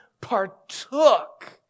partook